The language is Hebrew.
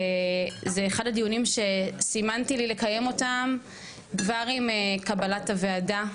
זה אחד הדיונים שסימנתי לי לקיים אותם כבר עם קבלת הוועדה,